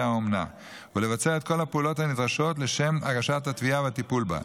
האומנה ולבצע את כל הפעולות הנדרשות לשם הגשת התביעה והטיפול בה.